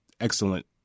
excellent